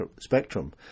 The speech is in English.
spectrum